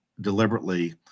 deliberately